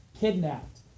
kidnapped